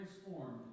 transformed